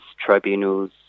tribunals